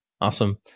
awesome